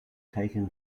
taken